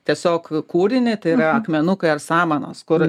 tiesiog kūrinį tai yra akmenukai ar samanos kur